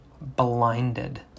blinded